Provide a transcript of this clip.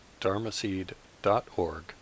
dharmaseed.org